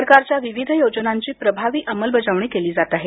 सरकारच्या विविध योजनांची प्रभावी अंमलबजावणी केली जात आहे